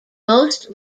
most